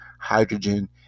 hydrogen